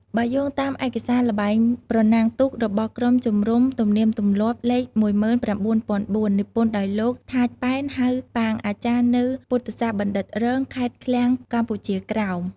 បើយោងតាម ឯកសារល្បែងប្រណាំងទូករបស់ក្រុមជំនុំទំនៀមទម្លាប់លេខ១៩០០៤ និពន្ធដោយ លោក ថាច់ ប៉ែន ហៅ ប៉ាង អាចារ្យនៅពុទ្ធសាសនបណ្ឌិត្យរង ខេត្តឃ្លាំងកម្ពុជាក្រោម។